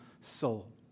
soul